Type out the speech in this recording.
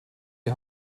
die